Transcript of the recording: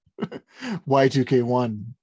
Y2K1